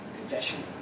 confession